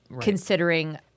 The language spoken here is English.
considering